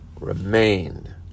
remained